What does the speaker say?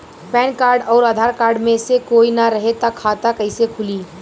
Pan card आउर Aadhaar card मे से कोई ना रहे त खाता कैसे खुली?